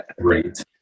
Great